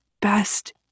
best